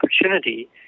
opportunity